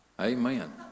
Amen